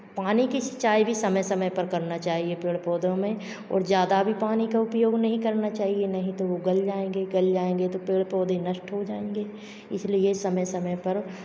पानी की सिंचाई भी समय समय पर करना चाहिए पेड़ पौधों में और ज्यादा भी पानी का उपयोग नहीं करना चाहिए नहीं तो वो गल जाएंगे गल जाएंगे तो पेड़ पौधे नष्ट हो जाएंगे इसलिए समय समय पर